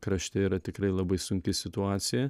krašte yra tikrai labai sunki situacija